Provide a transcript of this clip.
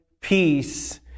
peace